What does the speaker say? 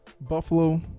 Buffalo